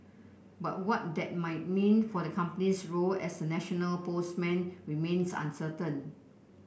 but what that might mean for the company's role as a national postman remains uncertain